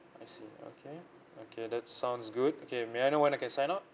I see okay okay that sounds good okay may I know when I can sign up